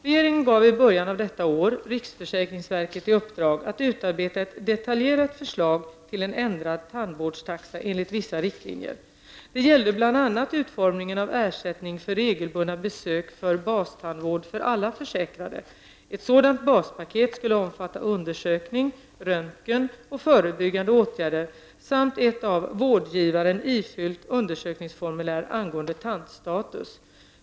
Regeringen gav i början av detta år riksförsäkringsverket i uppdrag att utarbeta ett detaljerat förslag till en ändrad tandvårdstaxa enligt vissa riktlinjer. Det gällde bl.a. utformningen av ersättning för regelbundna besök för bastandvård för alla försäkrade. Ett sådant baspaket skulle omfatta undersökning, röntgen och förebyggande åtgärder samt ett av vårdgivaren ifyllt undersökningsformulär angående tandstatus.